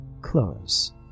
close